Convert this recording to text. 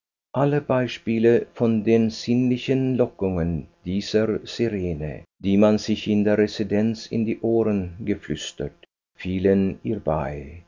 alle beispiele von den sinnlichen lockungen dieser sirene die man sich in der residenz in die ohren geflüstert fielen ihr bei